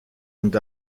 und